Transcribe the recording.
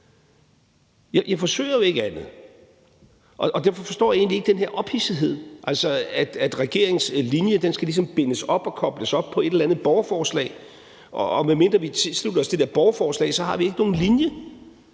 jeg forsøger jo ikke andet! Og derfor forstår jeg egentlig ikke den der ophidsethed, altså at regeringens linje ligesom skal bindes op og kobles op på et eller andet borgerforslag, og medmindre vi tilslutter os det der borgerforslag, har vi ikke nogen linje.